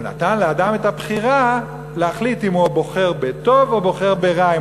הוא נתן לאדם את הבחירה להחליט אם הוא בוחר בטוב או בוחר ברע,